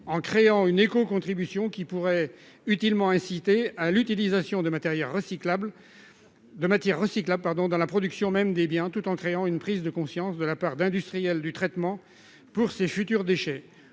en créant une écocontribution qui pourrait utilement inciter à l'utilisation de matières recyclables dans la production même des biens, tout en créant une prise de conscience de la part d'industriels du traitement pour ces futurs déchets.